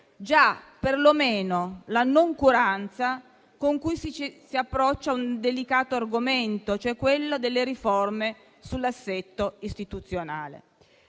perlomeno la noncuranza con cui si approccia un argomento delicato come quello delle riforme sull'assetto istituzionale.